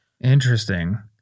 Interesting